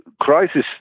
crisis